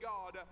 God